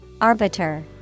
Arbiter